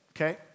Okay